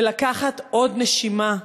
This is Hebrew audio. ולקחת עוד נשימה.